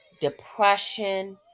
depression